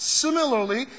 similarly